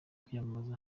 kwiyamamaza